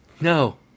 no